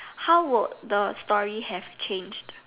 how would the story have changed